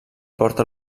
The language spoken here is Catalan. porta